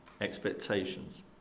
expectations